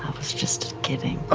was just kidding.